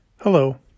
Hello